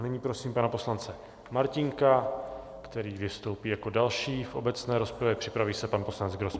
Nyní prosím pana poslance Martínka, který vystoupí jako další v obecné rozpravě, připraví se pan poslanec Grospič.